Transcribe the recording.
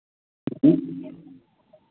जी